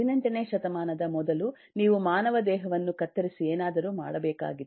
18 ನೇ ಶತಮಾನದ ಮೊದಲು ನೀವು ಮಾನವ ದೇಹವನ್ನು ಕತ್ತರಿಸಿ ಏನಾದರೂ ಮಾಡಬೇಕಾಗಿತ್ತು